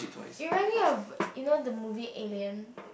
it remind me of you know the movie alien